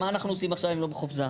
מה אנחנו עושים עכשיו אם לא בחופזה.